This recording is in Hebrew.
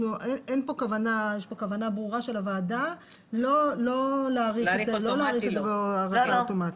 יש פה כוונה ברורה של הוועדה לא להאריך את זה הארכה אוטומטית.